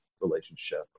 relationship